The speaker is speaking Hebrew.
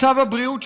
מצב הבריאות שם,